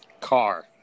Car